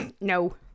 no